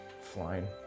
flying